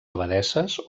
abadesses